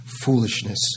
foolishness